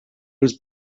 was